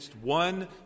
one